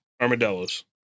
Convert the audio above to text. Armadillos